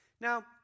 Now